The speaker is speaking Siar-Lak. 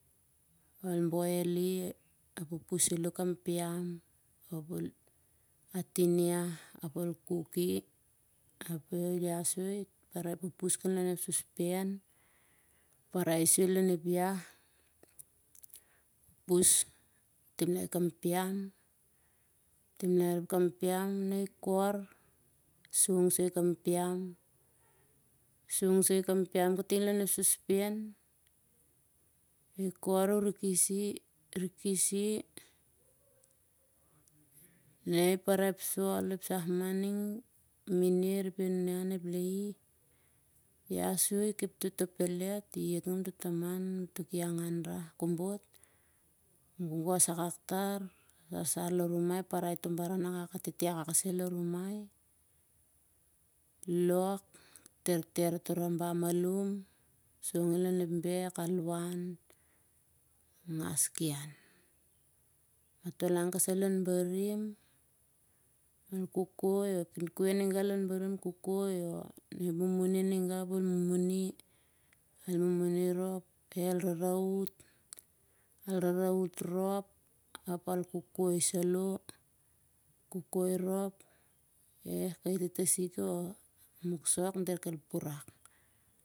Ol boil i ol pupus saloh kam piam ap ol atin iah ap ol kuk i. ias soi parai ep pupus kan lon ep sospen parai soi lon ep iah timlai kam piam. timlai arop kam piam na i kor song soi kam piam, song soi kam piam kan lon ep sospen. ikor u rikis i, rikis i darai ep sol mah ep samah ning, ep ianian ep laie. ias soi kep toh pellet iet ngamtoh taman amtoh ki angan rah kobot. gogos akak tar sarsar lon rumai, parai toh baran atete akak atete akak i sai lon rumai lok. terter toh raba malum song i lon ep bek a liwan ep ngas ki han. matol han kasai lon barim kokoi oh mumuni, mumuni rop el raravut, raravut rop ap al kokoi saloh ap kai tatasik ap e moksok diat kel purak